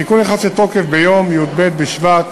התיקון נכנס לתוקף ביום י"ב בשבט